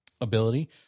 ability